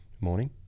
Morning